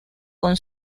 con